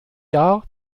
jahr